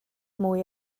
mwy